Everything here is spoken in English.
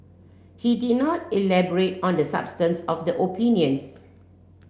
he did not elaborate on the substance of the opinions